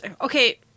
Okay